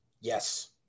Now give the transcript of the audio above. Yes